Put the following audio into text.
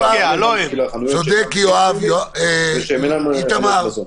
לכן אנחנו נתכנן --- לגבי החנויות שאינן --- ושהן אינן חנויות מזון.